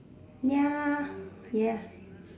ya